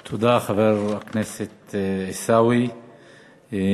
תודה, חבר הכנסת עיסאווי פריג'.